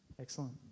Excellent